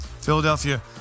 Philadelphia